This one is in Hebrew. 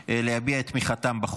מניעת הפעלת השפעה בלתי הוגנת בעת